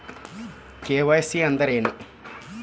KYC ಅಂದ್ರೇನು?